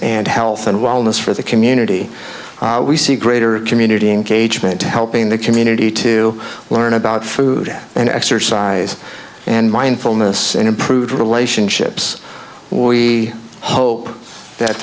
and health and wellness for the community we see greater community engagement helping the community to learn about food and exercise and mindfulness and improve relationships well we hope that